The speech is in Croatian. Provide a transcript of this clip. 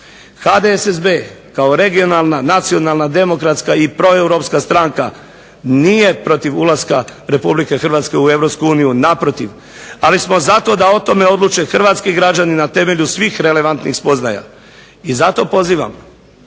HDSSB kao regionalna, nacionalna, demokratska i proeuropska stranka nije protiv ulaska RH u EU, naprotiv. Ali smo za to da o tome odluče hrvatski građani na temelju svih relevantnih spoznaja. I zato pozivam